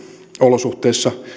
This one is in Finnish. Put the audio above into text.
olosuhteissa